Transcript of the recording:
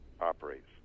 operates